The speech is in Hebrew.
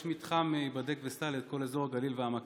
יש מתחם "היבדק וסע" ליד כל אזור הגליל והעמקים.